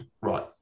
right